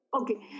Okay